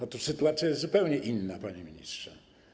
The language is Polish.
Otóż sytuacja jest zupełnie inna, panie ministrze.